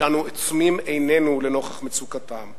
שאנחנו עוצמים עינינו נוכח מצוקתם.